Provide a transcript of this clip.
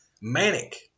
manic